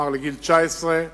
כלומר לגיל 19,